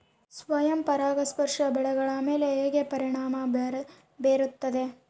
ಸ್ವಯಂ ಪರಾಗಸ್ಪರ್ಶ ಬೆಳೆಗಳ ಮೇಲೆ ಹೇಗೆ ಪರಿಣಾಮ ಬೇರುತ್ತದೆ?